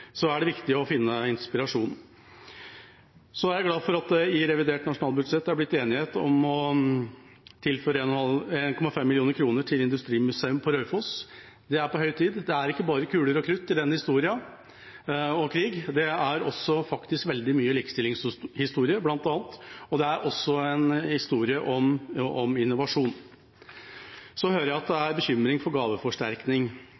er det viktig å finne inspirasjon. Jeg er glad for at det i revidert nasjonalbudsjett er blitt enighet om å tilføre 1,5 mill. kr til et industrimuseum på Raufoss. Det er på høy tid. Det er ikke bare kuler, krutt og krig i den historien. Det er faktisk også veldig mye likestillingshistorie, bl.a., og det er også en historie om innovasjon. Jeg hører at det er bekymring for gaveforsterkning og rikingers kunstinteresse, men jeg er veldig glad for at